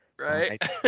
Right